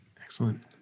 Excellent